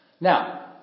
Now